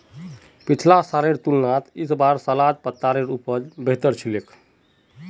पिछला सालेर तुलनात इस बार सलाद पत्तार उपज बेहतर छेक